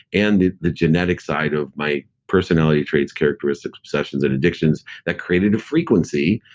and the genetic side of my personality traits, characteristics obsessions, and additions that created a frequency,